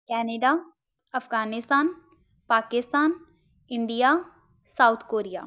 Canada Afghanistan Pakistan India South Korea